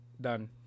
Done